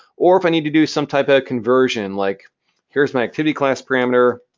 or if i need to do some type of conversion, like here's my activity class parameter.